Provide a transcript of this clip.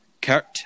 Kurt